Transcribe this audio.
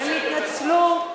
הם התנצלו,